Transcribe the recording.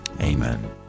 Amen